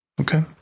Okay